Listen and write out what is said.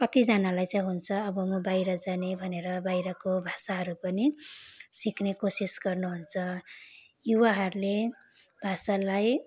कतिजानालाई चाहिँ हुन्छ अब म बाहिर जाने भनेर बाहिरको भाषाहरू पनि सिक्ने कोसिस गर्नुहुन्छ युवाहरूले भाषालाई